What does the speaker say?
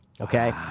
Okay